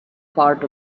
part